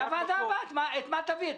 את מה תביא לוועדה הבאה?